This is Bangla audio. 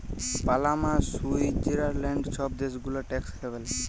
পালামা, সুইৎজারল্যাল্ড ছব দ্যাশ গুলা ট্যাক্স হ্যাভেল